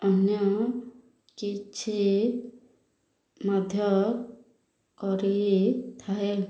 ଅନ୍ୟ କିଛି ମଧ୍ୟ କରିଥାଏ